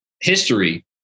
history